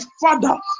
Father